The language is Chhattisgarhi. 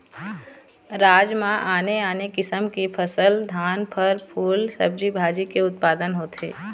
राज म आने आने किसम की फसल, धान, फर, फूल, सब्जी भाजी के उत्पादन होथे